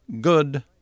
good